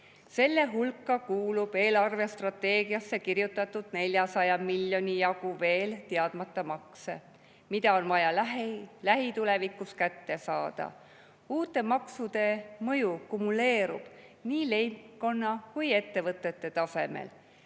Selle hulka kuulub eelarvestrateegiasse kirjutatud 400 miljoni jagu veel teadmata makse, mida on vaja lähitulevikus kätte saada. Uute maksude mõju kumuleerub nii leibkonna kui ka ettevõtete tasemel.